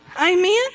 Amen